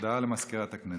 הודעה למזכירת הכנסת.